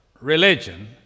religion